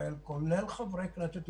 כולל חברי הכנסת,